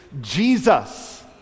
Jesus